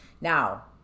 Now